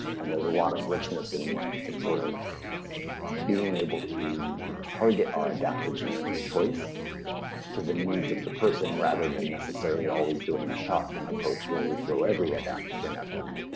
and there's a lot of richness in in sort of being able to target our adaptogenic choice to the needs of the person rather than necessarily always doing a shotgun approach where we throw every adaptogen at them,